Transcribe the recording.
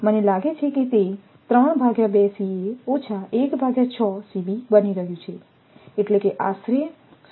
મને લાગે છે કે તે બની રહ્યું છે એટલે કે આશરે 0